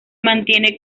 mantiene